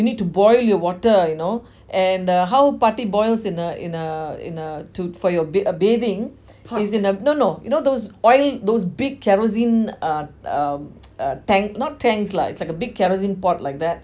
you need to boil your water you know and how பாட்டி:paati boils in a in a in a to for your bath~ bathing is in a no no you know those oil those big kerosine uh err uh tank not tank lah is like a big kerosine pot like that